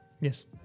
Yes